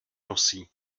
nosí